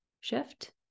shift